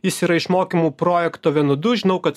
jis yra iš mokymų projekto venu du žinau kad